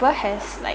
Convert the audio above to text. has like